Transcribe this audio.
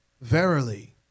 Verily